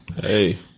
Hey